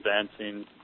advancing